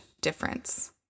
difference